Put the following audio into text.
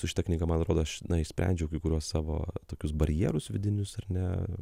su šita knyga man atrodo aš na išsprendžiau kai kuriuos savo tokius barjerus vidinius ar ne